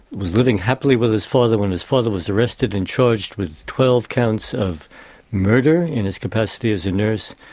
was living happily with his father when his father was arrested and charged with twelve counts of murder in his capacity as a nurse,